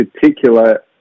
particular